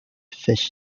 fish